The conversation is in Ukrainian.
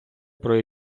про